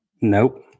nope